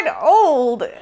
old